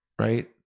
right